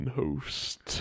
host